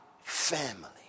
family